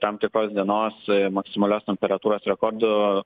tam tikros dienos maksimalios temperatūros rekordų